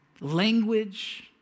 language